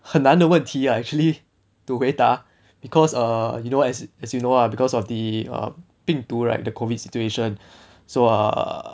很难的问题 ah actually to 回答 because err you know as as you know lah because of the err 病毒 right the COVID situation so err